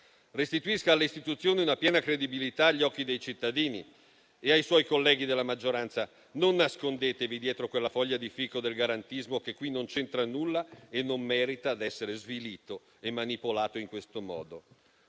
Restituisca alle istituzioni una piena credibilità agli occhi dei cittadini. Mi rivolgo poi ai suoi colleghi della maggioranza per dire loro di non nascondersi dietro quella foglia di fico del garantismo, che in questo caso non c'entra nulla e non merita di essere svilito e manipolato in questo modo.